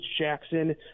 Jackson